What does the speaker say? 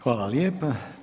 Hvala lijepa.